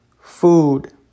Food